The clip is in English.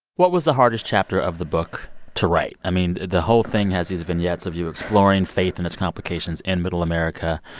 what was the hardest chapter of the book to write? i mean, the whole thing has these vignettes of you exploring faith and its complications in middle america.